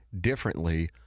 differently